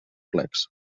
plecs